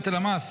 נטל המס